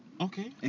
Okay